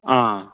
ꯑꯥ